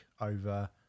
over